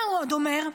מה הוא עוד אומר?